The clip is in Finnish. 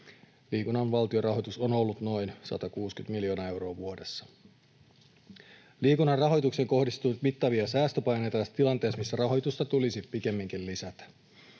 Liikunnan valtionrahoitus on ollut noin 160 miljoonaa euroa vuodessa. Liikunnan rahoitukseen kohdistuu nyt mittavia säästöpaineita tässä tilanteessa, missä rahoitusta tulisi pikemminkin lisätä.